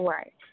Right